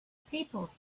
people